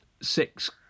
six